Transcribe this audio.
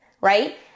right